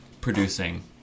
producing